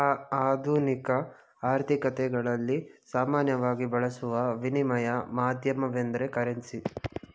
ಆಧುನಿಕ ಆರ್ಥಿಕತೆಗಳಲ್ಲಿ ಸಾಮಾನ್ಯವಾಗಿ ಬಳಸುವ ವಿನಿಮಯ ಮಾಧ್ಯಮವೆಂದ್ರೆ ಕರೆನ್ಸಿ